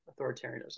authoritarianism